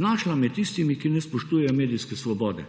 znašla med tistimi, ki ne spoštujejo medijske svobode.